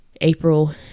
April